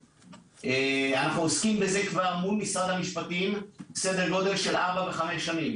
אנו עוסקים בזה מול משרד המשפטים כ-4, 5 שנים.